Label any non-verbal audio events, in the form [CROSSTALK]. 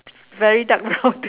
very dark brown [LAUGHS] to